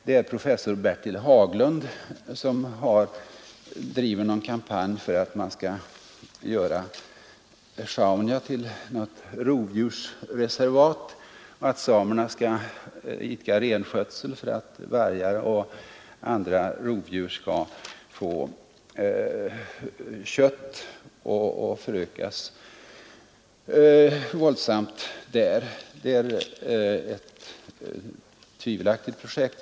Det är professor Bertil Haglund som driver någon kampanj för att man skall göra Sjaunja till rovdjursreservat och att samerna skall idka renskötsel där för att vargar och andra rovdjur skall få kött och föröka sig våldsamt. Det är ett tvivelaktigt projekt.